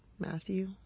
Matthew